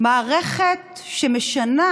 מערכת שמשנה